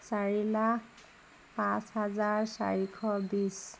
চাৰি লাখ পাঁচ হাজাৰ চাৰিশ বিছ